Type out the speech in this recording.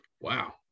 Wow